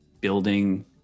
building